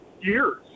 years